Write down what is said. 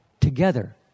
together